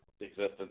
existence